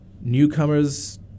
newcomer's